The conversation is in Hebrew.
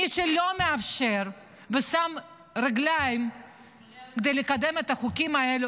מי שלא מאפשר ושם רגליים לקידום החוקים האלו